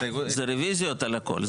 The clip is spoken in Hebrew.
זה רביזיות על הכל,